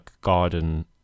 garden